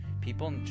people